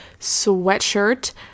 sweatshirt